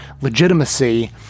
legitimacy